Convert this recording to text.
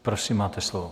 Prosím, máte slovo.